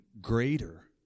greater